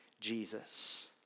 Jesus